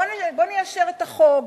בוא ניישר את החוק,